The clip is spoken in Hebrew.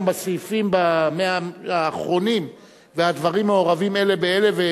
ב-100 האחרונים והדברים מעורבים אלה באלה.